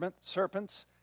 serpents